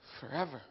forever